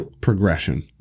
progression